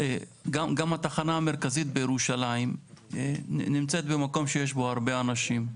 גם התחנה המרכזית בירושלים נמצאת במקום שיש בו הרבה אנשים,